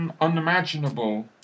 unimaginable